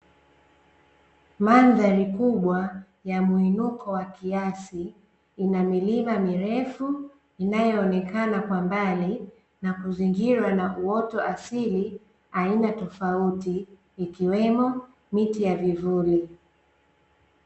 Mandhari kubwa ya muinoko wa kiasi, ina milima mirefu inayoonekana kwa mbali na kuzingirwa na uoto asili aina tofauti ikiwemo miti ya vivuli.